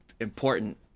important